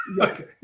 Okay